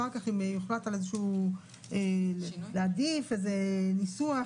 אחר כך אם יוחלט להעדיף איזה ניסוח,